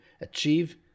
achieve